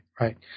right